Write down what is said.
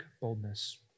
boldness